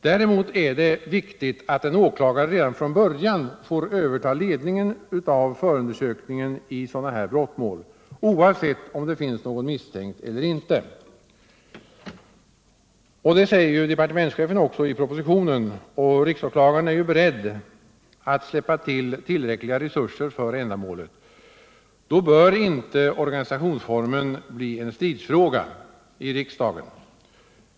Däremot är det viktigt att en åklagare redan från början får överta ledningen av förundersökningen i sådana brottmål, oavsett om det finns något misstänkt eller ej. Departementschefen säger också detta i propositionen, och riksåklagaren är beredd att släppa till tillräckliga resurser för ändamålet. Då bör inte organisationsformen få bli en stridsfråga i riksdagen.